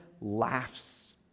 laughs